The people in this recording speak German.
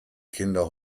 kinder